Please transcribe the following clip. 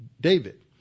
David